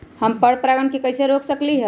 हम पर परागण के कैसे रोक सकली ह?